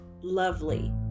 lovely